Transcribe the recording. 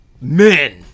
men